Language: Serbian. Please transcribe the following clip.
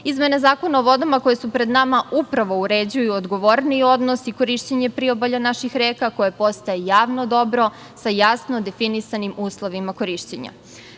vode. Izmene Zakona o vodama koje su ped nama, upravo uređuju odgovorniji odnos i korišćenje priobalja naših reka, koje postaje javno dobro, sa jasno definisanim uslovima korišćenja.